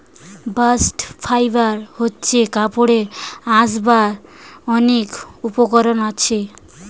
bast fibre হচ্ছে কাপড়ের আঁশ যার অনেক উপকরণ আছে